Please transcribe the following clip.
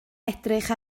edrych